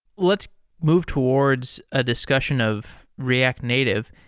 let's move towards a discussion of react native.